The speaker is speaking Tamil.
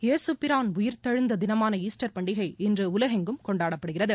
இயேசுபிரான் உயிர்த்தெழுந்த தினமானாஸ்டர் பண்டிகை இன்று உலகெங்கும் கொண்டாடப்படுகிறது